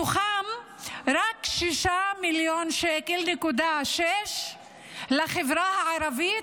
מתוכם רק 6.6 מיליון שקל לחברה הערבית,